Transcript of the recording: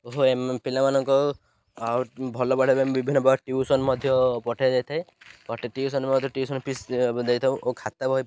ଓ ପିଲାମାନଙ୍କ ଆଉ ଭଲ ପଢ଼ାଇବା ପାଇଁ ବିଭିନ୍ନ ପ୍ରକାର ଟ୍ୟୁସନ୍ ମଧ୍ୟ ପଠାଇ ଯାଇଥାଏ ଟ୍ୟୁସନ୍ ମଧ୍ୟ ଟ୍ୟୁସନ୍ ଫିସ୍ ଦେଇଥାଉ ଓ ଖାତା ବହି